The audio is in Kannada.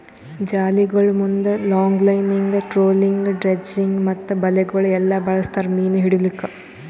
ಜಾಲಿಗೊಳ್ ಮುಂದ್ ಲಾಂಗ್ಲೈನಿಂಗ್, ಟ್ರೋಲಿಂಗ್, ಡ್ರೆಡ್ಜಿಂಗ್ ಮತ್ತ ಬಲೆಗೊಳ್ ಎಲ್ಲಾ ಬಳಸ್ತಾರ್ ಮೀನು ಹಿಡಿಲುಕ್